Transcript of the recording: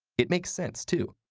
it makes sense, too,